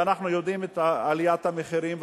ואנחנו יודעים את עליית המחירים,